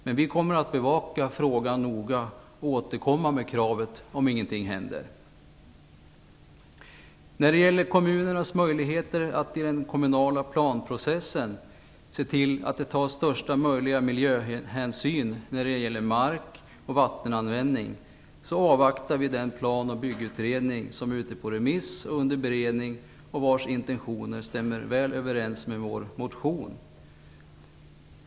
Men vi kommer att bevaka frågan noga och återkomma med vårt krav, om ingenting händer. När det gäller kommunernas möjligheter att i den kommunala planprocessen se till att största möjliga miljöhänsyn tas när det gäller mark och vattenanvändning så avvaktar vi den plan-och byggutredning som är ute på remiss och under beredning och vars intentioner väl stämmer överens med vår motion.